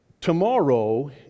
tomorrow